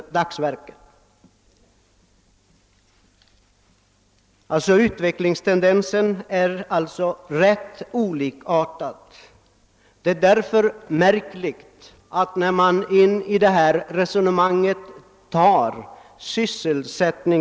Utvecklingstendensen är alltså olika mellan å ena sidan privatskogsbruket och å andra sidan det statliga skogsbruket och bolagsskogsbruket.